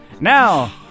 Now